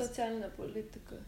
socialinę politiką